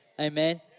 Amen